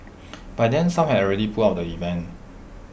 by then some had already pulled out the event